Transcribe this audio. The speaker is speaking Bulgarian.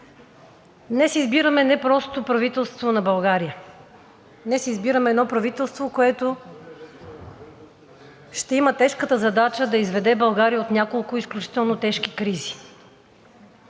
Днес избираме не просто правителство на България. Днес избираме едно правителство, което ще има тежката задача да изведе България от няколко изключително тежки кризи.